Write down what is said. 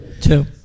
Two